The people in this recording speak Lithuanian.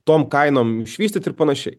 tom kainom išvystyti ir panašiai